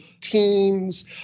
teams